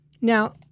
Now